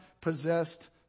possessed